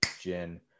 gin